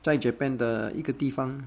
在 japan 的一个地方